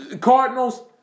Cardinals